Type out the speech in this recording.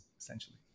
essentially